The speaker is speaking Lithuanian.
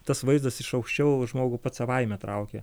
tas vaizdas iš aukščiau žmogų pats savaime traukia